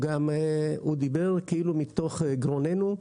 הוא גם דיבר כאילו מתוך גרוננו.